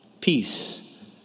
Peace